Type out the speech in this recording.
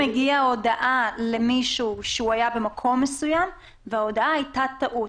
הגיעה הודעה למישהו שהוא היה במקום מסוים וההודעה הייתה טעות.